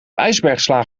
ijsbergsla